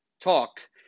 talk